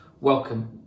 welcome